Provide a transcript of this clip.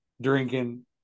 drinking